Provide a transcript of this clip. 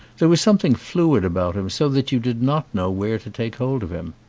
there was something fluid about him so that you did not know where to take hold of him.